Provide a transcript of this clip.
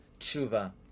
Tshuva